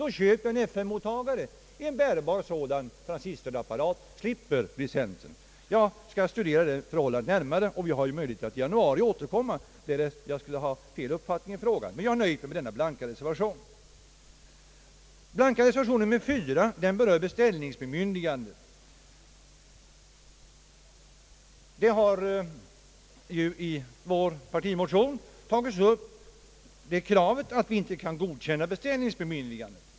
Då köper jag i stället en FM-mottagare, en bärbar transistorapparat och slipper licensen. Jag skall studera detta förhållande närmare, och jag har ju möjlighet att återkomma i januari om jag skulle vilja följa upp frågan. För tillfället nöjer jag mig med denna blanka reservation. Den blanka reservationen nummer 4 berör beställningsbemyndigandet. I vår partimotion har vi tagit upp kravet att vi inte kan godkänna beställningsbemyndigandet.